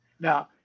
Now